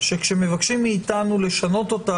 שכאשר מבקשים מאיתנו לשנות אותה,